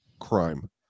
crime